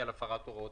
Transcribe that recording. בניגוד להוראות